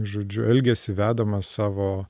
žodžiu elgėsi vedamas savo